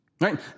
right